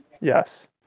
yes